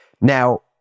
Now